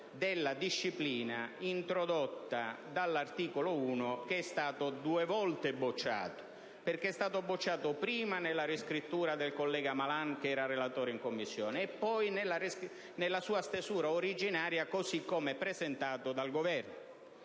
della disciplina introdotta dall'articolo 1, che è stato due volte bocciato. Esso è stato, infatti, bocciato prima nella riscrittura del collega Malan, che era relatore in Commissione, e poi nella sua stesura originaria, così come presentata dal Governo.